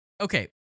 Okay